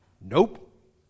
Nope